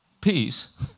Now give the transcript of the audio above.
peace